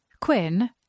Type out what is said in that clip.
Quinn